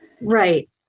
Right